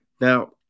now